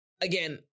again